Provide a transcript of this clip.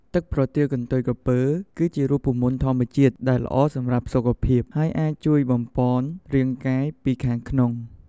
ទឹកប្រទាលកន្ទុយក្រពើ គឺជារូបមន្តធម្មជាតិដែលល្អសម្រាប់សុខភាព ហើយអាចជួយបំប៉នរាងកាយពីខាងក្នុង។